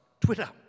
Twitter